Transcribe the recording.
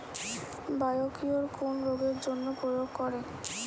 Biocure কোন রোগেরজন্য প্রয়োগ করে?